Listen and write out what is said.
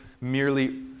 merely